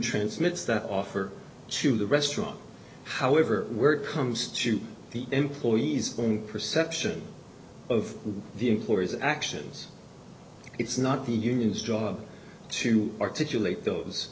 transmits that offer to the restaurant however work comes to the employees perception of the employee's actions it's not the union's job to articulate those